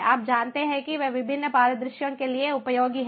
आप जानते हैं कि वे विभिन्न परिदृश्यों के लिए उपयोगी हैं